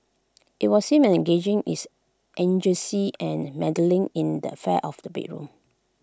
IT was seen as engaging is eugenics and meddling in the affairs of the bedroom